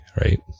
Right